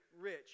rich